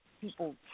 people